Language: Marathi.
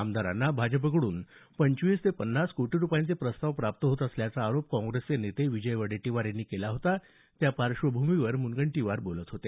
आमदारांना भाजपकडून पंचवीस ते पन्नास कोटी रुपयांचे प्रस्ताव प्राप्त होत असल्याचा आरोप काँग्रेसचे नेते विजय वडेट्टीवार यांनी केला होता त्या पार्श्वभूमीवर मुनगंटीवार बोलत होते